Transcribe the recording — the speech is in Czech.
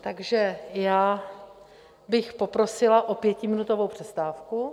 Takže já bych poprosila o pětiminutovou přestávku.